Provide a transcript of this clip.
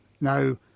Now